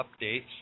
updates